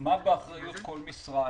מה באחריות כל משרד.